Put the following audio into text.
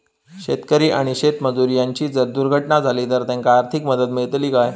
शेतकरी आणि शेतमजूर यांची जर दुर्घटना झाली तर त्यांका आर्थिक मदत मिळतली काय?